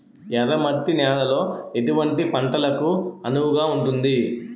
ఎర్ర మట్టి నేలలో ఎటువంటి పంటలకు అనువుగా ఉంటుంది?